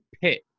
pit